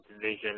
division